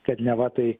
kad neva tai